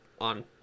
on